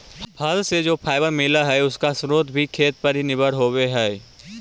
फल से जो फाइबर मिला हई, उसका स्रोत भी खेत पर ही निर्भर होवे हई